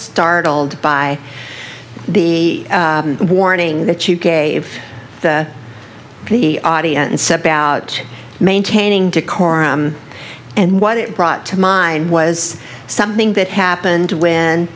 startled by the warning that you gave the audience about maintaining decorum and what it brought to mind was something that happened when